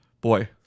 boy